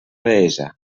devesa